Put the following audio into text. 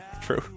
True